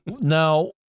Now